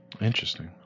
Interesting